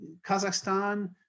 Kazakhstan